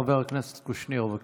חבר הכנסת קושניר, בבקשה.